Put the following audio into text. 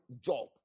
job